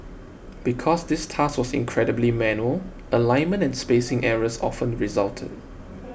because this task was incredibly manual alignment and spacing errors often resulted